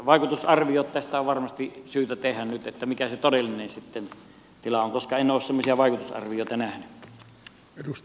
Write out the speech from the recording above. vaikutusarviot tästä on varmasti syytä tehdä nyt että mikä se todellinen tila on koska en ole semmoisia vaikutusarvioita nähnyt